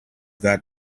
that